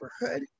neighborhood